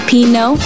Pino